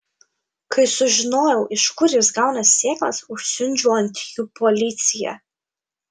kai sužinojau iš kur jis gauna sėklas užsiundžiau ant jų policiją